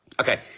Okay